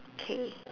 K